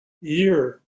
year